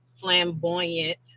flamboyant